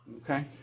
Okay